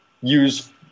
use